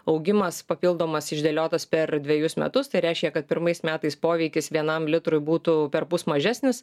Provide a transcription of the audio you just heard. augimas papildomas išdėliotas per dvejus metus tai reiškia kad pirmais metais poveikis vienam litrui būtų perpus mažesnis